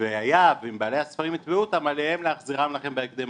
והיה ואם בעלי הספרים יתבעו אותם עליכם להחזירם לכם בהקדם',